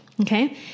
okay